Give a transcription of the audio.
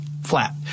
flat